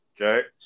Okay